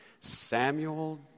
Samuel